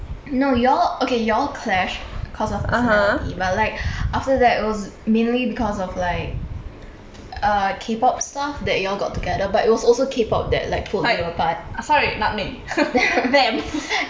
no your all okay your all clash cause of personality but like after that it was mainly because of like uh kpop stuff that your all got together but it was also kpop that like pulled you apart